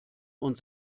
und